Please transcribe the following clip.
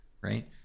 right